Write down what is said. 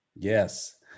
Yes